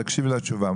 תקשיבי לתשובה.